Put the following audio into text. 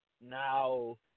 now